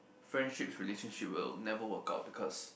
friendships relationship will never work out because